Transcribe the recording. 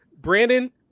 Brandon